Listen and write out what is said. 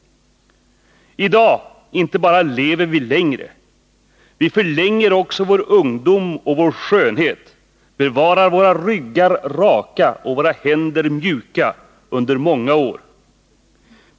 I dag inte bara lever vi längre. Vi förlänger också vår ungdom och vår skönhet, bevarar våra ryggar raka och våra händer mjuka under många år.